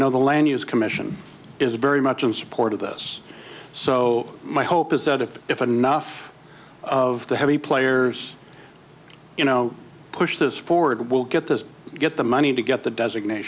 know the land use commission is very much in support of this so my hope is that if if enough of the heavy players you know push this forward will get this get the money to get the designat